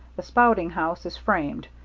the spouting house is framed.